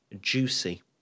juicy